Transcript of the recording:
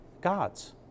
gods